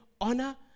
honor